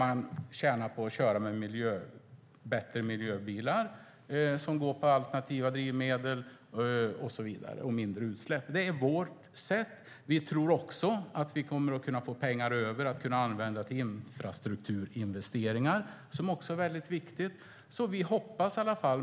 Man tjänar på att köra med bättre miljöbilar, med bilar som går på alternativa drivmedel, som alstrar mindre utsläpp och så vidare. Det är vårt sätt. Vidare tror vi att vi kommer att kunna få pengar över som kan användas till infrastrukturinvesteringar, något som också är väldigt viktigt.